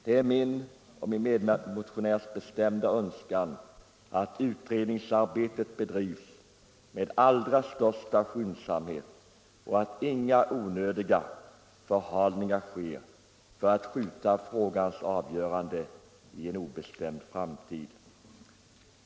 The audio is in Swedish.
Det är min och min medmotionärs bestämda önskan att utredningsarbetet bedrivs med allra största skyndsamhet och att inga onödiga förhalningar sker för att skjuta frågans avgörande till en obestämd framtid.